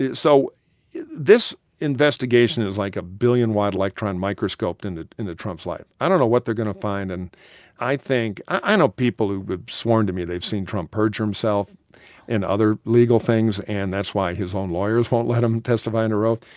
yeah so this investigation is like a billion-watt electron microscope into into trump's life. i don't know what they're going to find. and i think i know people who have sworn to me they've seen trump perjure himself and other legal things and that's why his own lawyers won't let them testify under oath.